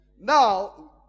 Now